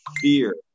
fear